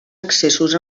accessos